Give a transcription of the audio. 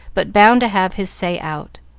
but bound to have his say out.